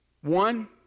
One